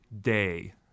day